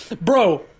Bro